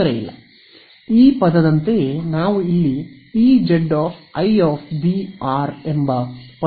ತೊಂದರೆ ಇಲ್ಲ ಈ ಪದದಂತೆಯೇ ನಾವು ಇಲ್ಲಿ ಇಜೆಡ್ ಐ ಬಿ ಆರ್ ಎಂಬ ಪದವನ್ನು ಸೇರಿಸಬಹುದು